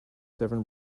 seven